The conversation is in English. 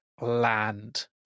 land